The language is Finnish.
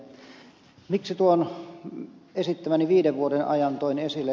miksi tuon esittämäni viiden vuoden ajan toin esille